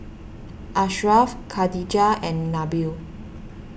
Ashraf Khadija and Nabil